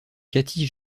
kathy